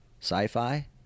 Sci-Fi